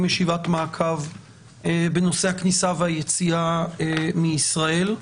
ישיבת מעקב בנושא הכניסה והיציאה מישראל.